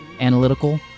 Analytical